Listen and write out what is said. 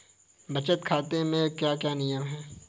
बचत बैंक खाते के क्या क्या नियम हैं?